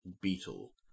beetle